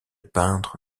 peindre